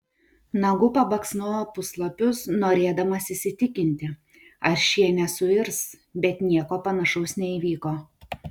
nagu pabaksnojo puslapius norėdamas įsitikinti ar šie nesuirs bet nieko panašaus neįvyko